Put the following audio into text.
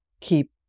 keep